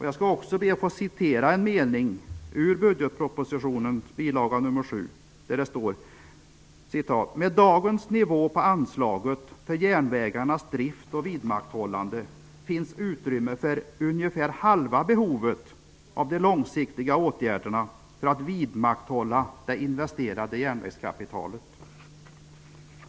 Jag skall be att få citera en mening ur budgetpropositionens bil. 7. Där står det: ''Med dagens nivå på anslaget för järnvägarnas drift och vidmakthållande finns utrymme för ungefär halva behovet av det långsiktiga åtgärderna för att vidmakthålla det investerade järnvägskapitalet.''